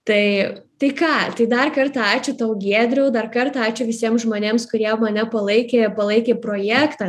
tai tai ką tai dar kartą ačiū tau giedriau dar kartą ačiū visiems žmonėms kurie mane palaikė palaikė projektą